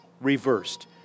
reversed